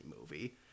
movie